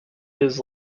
his